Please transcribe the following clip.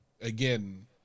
again